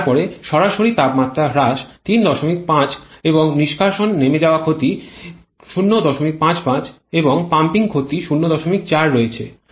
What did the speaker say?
তারপরে সরাসরি তাপমাত্রা হ্রাস ৩৫ এবং নিষ্কাশন নেমে যাওয়া ক্ষতি ০৫৫ এবং পাম্পিং ক্ষতি ০৪ রয়েছে